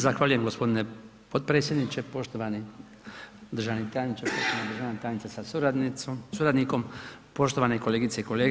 Zahvaljujem gospodine potpredsjedniče, poštovani državni tajniče, poštovana državna tajnice sa suradnikom, poštovane kolegice i kolege.